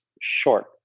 short